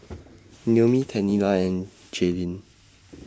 Noemi Tennille and Jaylyn